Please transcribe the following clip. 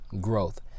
Growth